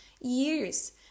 years